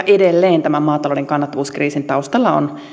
edelleen tämän maatalouden kannattavuuskriisin taustalla on